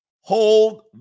Hold